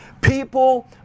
people